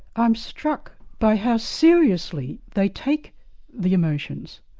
i'm struck by how seriously they take the emotions.